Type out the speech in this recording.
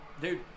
Dude